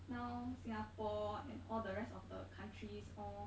now singapore and all the rest of the countries all